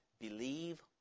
Believe